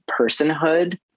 personhood